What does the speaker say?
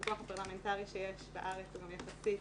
הפיקוח הפרלמנטרי שיש בארץ הוא באמת יחסית